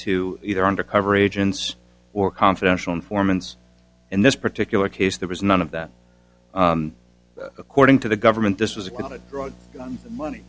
to either undercover agents or confidential informants in this particular case there was none of that according to the government this was going to drug money